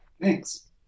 Thanks